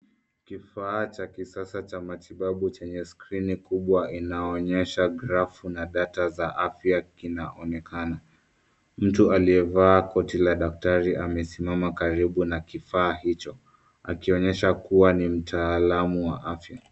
Kifaa cha kisasa cha matibabu chenye skrini kubwa inaonyesha graph na data za afya kinaonekana. Mtu aliyevaa koti la daktari amesimama karibu na kifaa hicho akionyesha kuwa ni mtalaam wa afya.